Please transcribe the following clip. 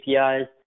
APIs